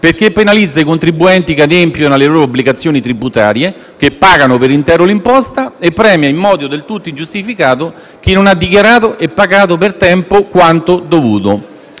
perché penalizza i contribuenti che adempiono alle loro obbligazioni tributarie e che pagano per intero l'imposta e premia in modo del tutto ingiustificato chi non ha dichiarato e pagato per tempo quanto dovuto.